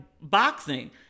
boxing